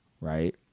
right